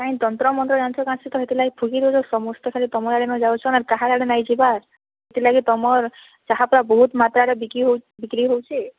କାଇଁ ତନ୍ତ୍ର ମନ୍ତ୍ର ଜାଣିଛ କାଁ ସେତ ସେଥିଲାଗି ଫୁକି ଦଉଛ ସମସ୍ତେ ଖାଲି ତମ ଆଡ଼େ ହଁ ଯାଉଛନ୍ ଆଉ କାହା ଆଡ଼େ ନାଇଁ ଯିବାର ସେଥିଲାଗି ତମର ଚାହା ପୁରା ବହୁତ ମାତ୍ରାରେ ବିକ୍ରି ହଉ ବିକ୍ରି ହଉଛି